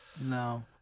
No